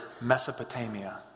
Mesopotamia